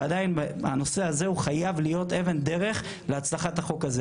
ועדיין הנושא הזה חייב להיות אבן דרך להצלחת החוק הזה.